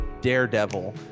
Daredevil